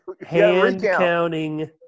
hand-counting